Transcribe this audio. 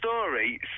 story